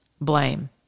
blame